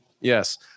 Yes